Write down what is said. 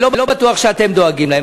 אני לא בטוח שאתם דואגים להם.